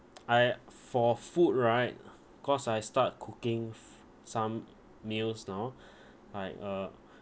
I for food right cause I start cooking some meals now like uh